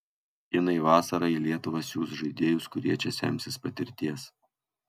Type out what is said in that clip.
kinai vasarą į lietuvą siųs žaidėjus kurie čia semsis patirties